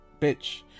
bitch